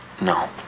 No